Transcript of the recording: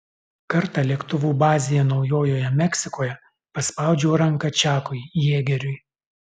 kartą lėktuvų bazėje naujojoje meksikoje paspaudžiau ranką čakui jėgeriui